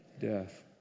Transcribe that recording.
death